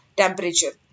temperature